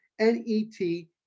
N-E-T